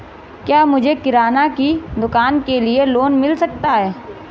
क्या मुझे किराना की दुकान के लिए लोंन मिल सकता है?